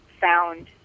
found